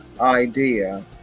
idea